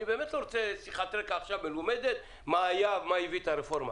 אני באמת לא רוצה שיחת רקע מלומדת על מה היה ומה הביא את הרפורמה.